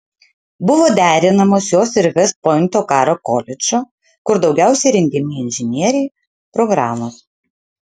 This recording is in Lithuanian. buvo derinamos jos ir vest pointo karo koledžo kur daugiausiai rengiami inžinieriai programos